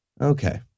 Okay